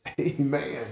Amen